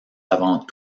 avant